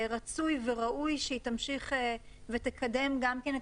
רצוי וראוי שהיא תמשיך ותקדם גם את